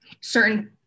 certain